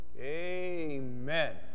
amen